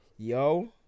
Yo